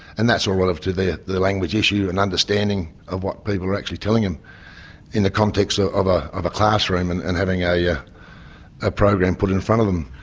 and that's all relative to the the language issue and understanding of what people are actually telling them in the context of ah of a classroom and and having ah yeah a program put in front of them.